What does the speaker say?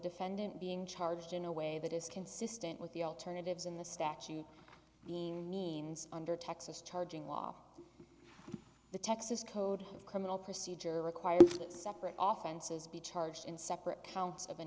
defendant being charged in a way that is consistent with the alternatives in the statute being means under texas charging law the texas code of criminal procedure requires that separate often says be charged in separate counts of an